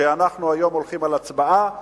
שאנחנו היום הולכים על הצבעה,